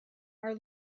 are